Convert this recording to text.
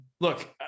look